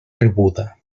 rebuda